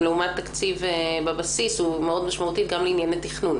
לעומת תקציב בבסיס היא משמעותית מאוד גם לענייני תכנון